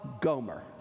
Gomer